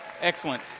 Excellent